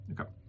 Okay